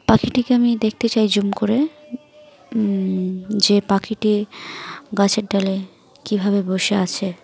পাখিটিকে আমি দেখতে চাই জুম করে যে পাখিটি গাছের ডালে কীভাবে বসে আছে